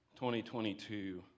2022